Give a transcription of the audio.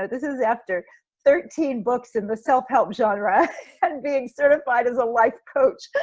but this is after thirteen books in the self-help genre and being certified as a life coach,